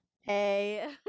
Hey